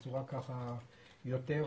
זה היה יכול להיות יותר